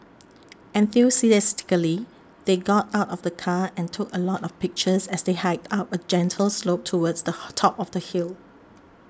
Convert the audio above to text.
enthusiastically they got out of the car and took a lot of pictures as they hiked up a gentle slope towards the top of the hill